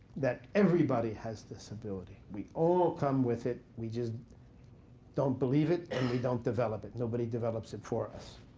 that everybody has this ability. we all come with it. we just don't believe it, and we don't develop it. nobody develops it for us.